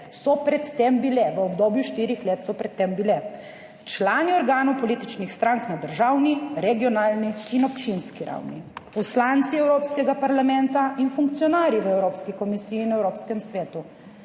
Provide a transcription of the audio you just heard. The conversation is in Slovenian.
so pred tem bile, - v obdobju štirih let so pred tem bile - člani organov političnih strank na državni, regionalni in občinski ravni, poslanci Evropskega parlamenta in funkcionarji v Evropski komisiji in Evropskem svetu,